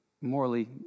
morally